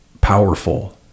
powerful